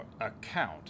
account